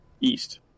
east